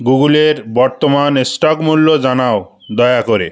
গুগুলের বর্তমান স্টক মূল্য জানাও দয়া করে